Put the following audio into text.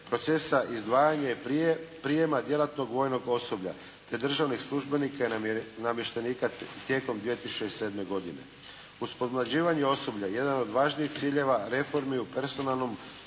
procesa izdvajanja i prijema djelatnog vojnog osoblja, te državnih službenika i namještenika tijekom 2007. godine. Uz podmlađivanje osoblja jedan od važnijih ciljeva reformi u personalnom